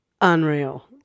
Unreal